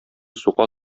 сука